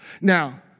Now